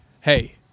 hey